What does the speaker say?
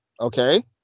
okay